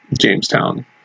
Jamestown